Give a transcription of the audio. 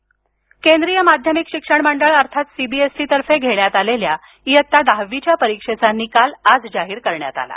CBSE निकाल केंद्रीय माध्यमिक शिक्षण मंडळ अर्थात सीबीएसईतर्फे घेण्यात आलेल्या इयत्ता दहावीच्या परीक्षेचा निकाल आज जाहीर करण्यात आला